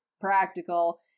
practical